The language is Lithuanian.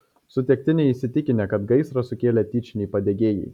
sutuoktiniai įsitikinę kad gaisrą sukėlė tyčiniai padegėjai